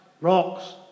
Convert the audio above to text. rocks